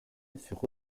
furent